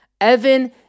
Evan